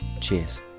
cheers